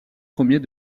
ier